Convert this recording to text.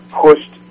pushed